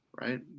right